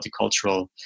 multicultural